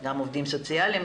גם עובדים סוציאליים,